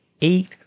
eight